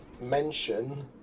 mention